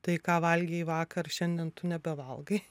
tai ką valgei vakar šiandien tu nebevalgai